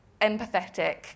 empathetic